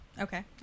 Okay